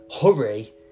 Hurry